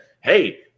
hey